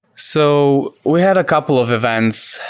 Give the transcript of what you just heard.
so we had a couple of events.